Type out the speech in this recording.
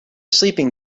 sleeping